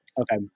Okay